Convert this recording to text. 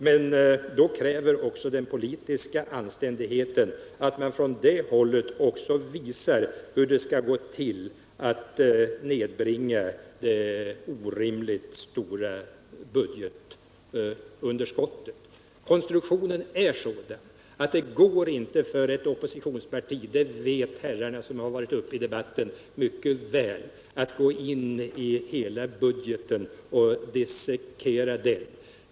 Därför kräver också den politiska anständigheten att man från det hållet också visar hur det skall gå till att nedbringa det orimligt stora budgetunderskottet. Konstruktionen är sådan att det inte är möjligt för ett oppositionsparti — det vet herrarna som varit uppe i debatten mycket väl — att gå in i hela budgeten och dissekera den.